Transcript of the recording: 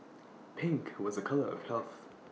pink was A colour of health